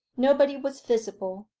nobody was visible,